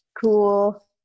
cool